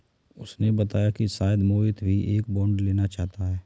उसने बताया कि शायद मोहित भी एक बॉन्ड लेना चाहता है